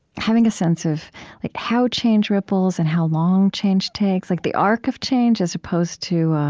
having a sense of like how change ripples and how long change takes like the arc of change, as opposed to